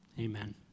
amen